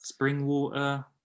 Springwater